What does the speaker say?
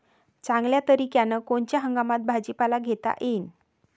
चांगल्या तरीक्यानं कोनच्या हंगामात भाजीपाला घेता येईन?